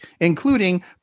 including